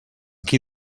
qui